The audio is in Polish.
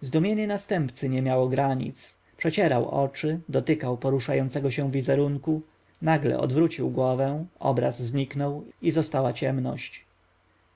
zdumienie następcy nie miało granic przecierał oczy dotykał poruszającego się wizerunku nagle odwrócił głowę obraz zniknął i została ciemność